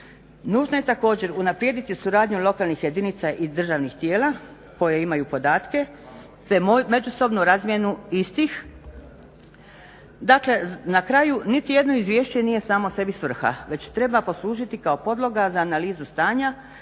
Nužno je također unaprijediti suradnju lokalnih jedinica i državnih tijela koje imaju podatke te međusobnu razmjenu istih. Dakle, na kraju nitijedno izvješće nije samo sebi svrha već treba poslužiti kao podloga za analizu stanja